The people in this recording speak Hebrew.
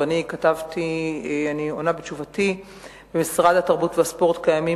ואני עונה בתשובתי: 1. במשרד התרבות והספורט קיימים